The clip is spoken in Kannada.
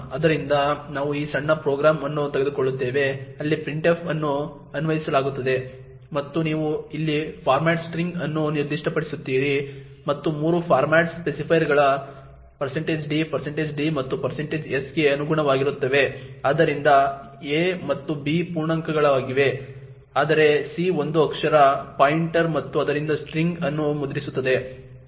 ಆದ್ದರಿಂದ ನಾವು ಈ ಸಣ್ಣ ಪ್ರೋಗ್ರಾಂ ಅನ್ನು ತೆಗೆದುಕೊಳ್ಳುತ್ತೇವೆ ಅಲ್ಲಿ printf ಅನ್ನು ಆಹ್ವಾನಿಸಲಾಗುತ್ತದೆ ಮತ್ತು ನೀವು ಇಲ್ಲಿ ಫಾರ್ಮ್ಯಾಟ್ ಸ್ಟ್ರಿಂಗ್ ಅನ್ನು ನಿರ್ದಿಷ್ಟಪಡಿಸುತ್ತೀರಿ ಮತ್ತು 3 ಫಾರ್ಮ್ಯಾಟ್ ಸ್ಪೆಸಿಫೈಯರ್ಗಳು d d ಮತ್ತು s ಗೆ ಅನುಗುಣವಾಗಿರುತ್ತವೆ ಆದ್ದರಿಂದ a ಮತ್ತು b ಪೂರ್ಣಾಂಕಗಳಾಗಿವೆ ಆದರೆ c ಒಂದು ಅಕ್ಷರ ಪಾಯಿಂಟರ್ ಮತ್ತು ಆದ್ದರಿಂದ ಸ್ಟ್ರಿಂಗ್ ಅನ್ನು ಮುದ್ರಿಸುತ್ತದೆ